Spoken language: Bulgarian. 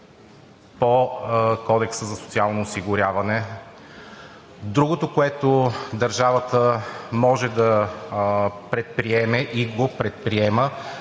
по Кодекса за социално осигуряване. Другото, което държавата може да предприеме и го предприема: